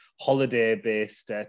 holiday-based